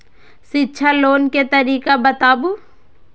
शिक्षा लोन के तरीका बताबू?